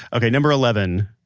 okay. number eleven.